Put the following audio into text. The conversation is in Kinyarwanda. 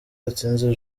yatsinze